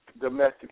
domestic